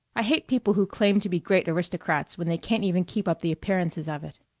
i hate people who claim to be great aristocrats when they can't even keep up the appearances of it.